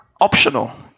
optional